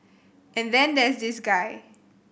and then there's this guy